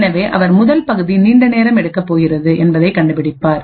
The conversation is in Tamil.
எனவே அவர் முதல்பகுதி நீண்ட நேரம் எடுக்கப் போகிறதுஎன்பதனை கண்டுபிடிப்பார்